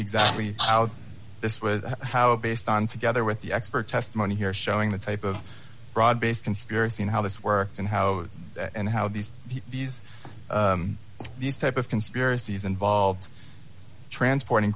exactly this with how based on together with the expert testimony here showing the type of broad based conspiracy how this works and how and how these these these type of conspiracies involves transporting